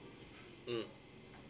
mm